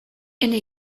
ene